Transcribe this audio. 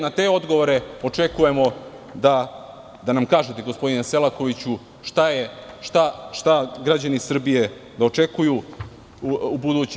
Na te odgovore očekujemo da nam kažete, gospodine Selakoviću, šta građani Srbije da očekuju ubuduće.